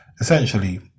essentially